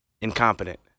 Incompetent